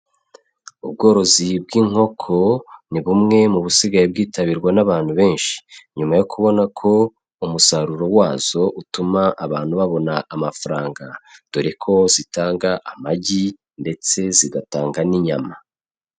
Ubworozi bw'inkoko ni bumwe mu busigaye bwitabirwa n'abantu benshi, nyuma yo kubona ko umusaruro wazo utuma abantu babona amafaranga dore ko zitanga amagi ndetse zigatanga n'inyama.